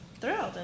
thrilled